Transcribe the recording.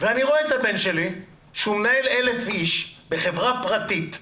ואני רואה את הבן שלי שהוא מנהל 1,000 אנשים בחברה פרטית גדולה,